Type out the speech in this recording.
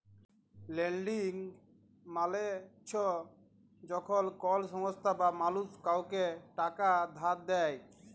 lending মালে চ্ছ যখল কল সংস্থা বা মালুস কাওকে টাকা ধার দেয়